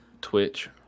Twitch